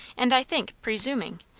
and i think, presuming.